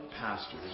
pastors